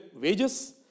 wages